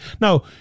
Now